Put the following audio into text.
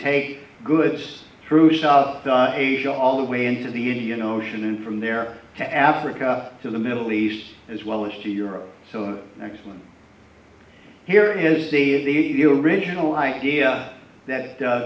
take goods through to asia all the way into the indian ocean and from there to africa to the middle east as well as to europe so excellent here is the original idea that